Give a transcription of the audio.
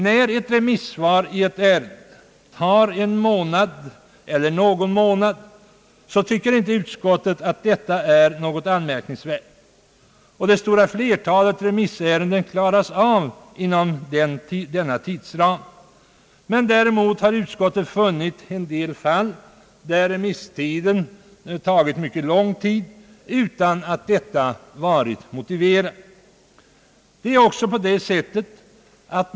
När ett remissvar i ett ärende tar en månad eller någon månad, så tycker ut skottet inte att detta är något anmärkningsvärt, och det stora flertalet remissärenden klaras av inom denna tidsram. Däremot har utskottet funnit en del fall där remisstiden varit mycket lång utan att detta varit motiverat.